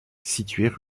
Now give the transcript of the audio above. située